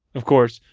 of course,